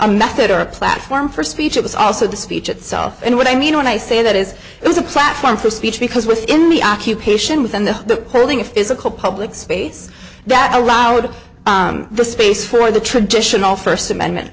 a method or a platform for speech it was also the speech itself and what i mean when i say that is it was a platform for speech because within the occupation within the holding of physical public space that around the space for the traditional first amendment